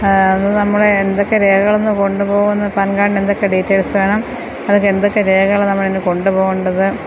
അത് നമ്മൾ എന്തൊക്കെ രേഖകൾ അന്ന് കൊണ്ട് പോകുന്നു പാൻ കാഡിന് എന്തൊക്കെ ഡീറ്റെയിൽസ് വേണം അതൊക്കെ എന്തൊക്കെ രേഖകൾ നമ്മളതിന് കൊണ്ട് പോകേണ്ടത്